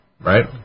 right